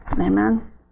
Amen